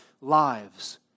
lives